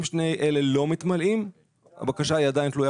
שאם שני אלה לא מתמלאים הבקשה עדיין תלויה